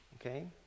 Okay